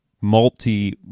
multi